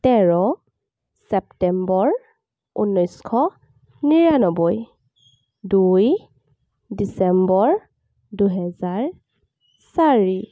তেৰ ছেপ্টেম্বৰ ঊনৈছশ নিৰান্নব্বৈ দুই ডিচেম্বৰ দুহেজাৰ চাৰি